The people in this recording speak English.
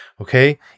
Okay